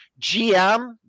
GM